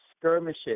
skirmishes